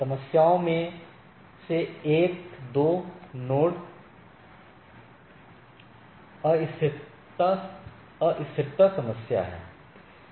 समस्याओं में से एक दो नोड अस्थिरता समस्या है